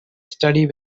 study